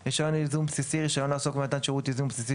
"רישיון ייזום בסיסי" רישיון לעסוק במתן שירות ייזום בסיסי,